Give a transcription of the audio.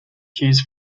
cues